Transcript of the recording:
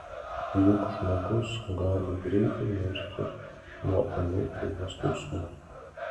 juk žmogus gali greitai mirti nuo ūmių pilvo skausmų